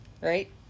right